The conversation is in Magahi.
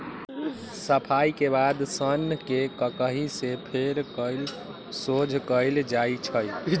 सफाई के बाद सन्न के ककहि से फेर कऽ सोझ कएल जाइ छइ